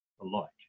alike